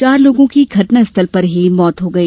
चार लोगों की घटनास्थल पर ही मौत हो गई